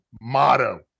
motto